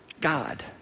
God